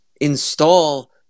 install